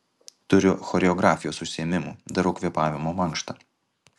turiu choreografijos užsiėmimų darau kvėpavimo mankštą